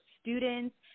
students